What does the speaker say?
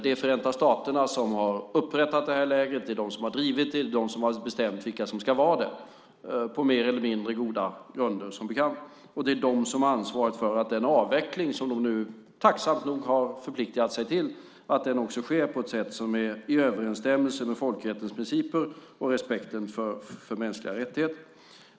Det är Förenta staterna som har upprättat det här lägret, det är de som har drivit det, och det är de som har bestämt vilka som ska vara där på mer eller mindre goda grunder som bekant. Det är de som har ansvaret för att den avveckling som de nu, tacksamt nog, har förpliktat sig till också sker på ett sätt som står i överensstämmelse med folkrättens principer och respekten för mänskliga rättigheter.